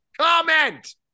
Comment